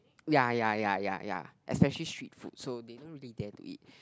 ya ya ya ya ya especially street food so they don't really dare to eat